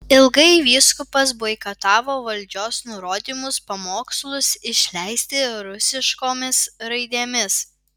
ilgai vyskupas boikotavo valdžios nurodymus pamokslus išleisti rusiškomis raidėmis